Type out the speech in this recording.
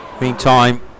meantime